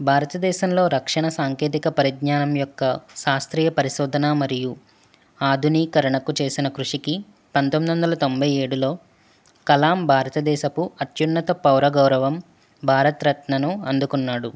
భారతదేశంలో రక్షణ సాంకేతిక పరిజ్ఞానం యొక్క శాస్త్రీయ పరిశోధన మరియు ఆధునీకరణకు చేసిన కృషికి పంతొమ్మిది వందల తొంభై ఏడులో కలామ్ భారతదేశపు అత్యున్నత పౌర గౌరవం భారతరత్నాను అందుకున్నాడు